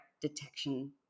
detection